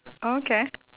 okay